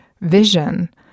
vision